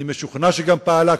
אני גם חושב שאי-אפשר שלא להתקומם